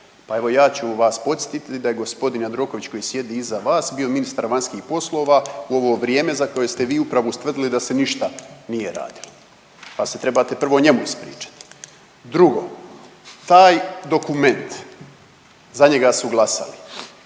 Pa evo ja ću vas podsjetiti da je g. Jandroković koji sjedi iza vas bio ministar vanjskih poslova u ovo vrijeme za koje ste vi upravo ustvrdili da se ništa nije radilo pa se trebate prvo njemu ispričati. Drugo, taj dokument za njega su glasali